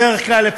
בדרך כלל,